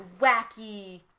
wacky